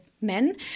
men